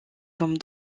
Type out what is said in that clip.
comme